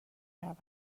رود